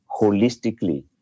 holistically